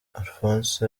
alphonse